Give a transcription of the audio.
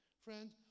Friend